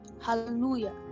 Hallelujah